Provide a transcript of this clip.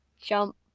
jump